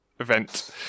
event